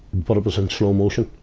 but it was in slow motion.